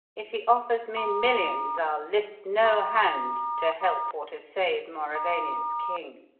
if he offers me millions, i'll lift no hand to help or to save mauravania's king!